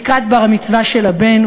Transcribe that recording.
לקראת בר-המצווה של הבן,